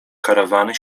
karawany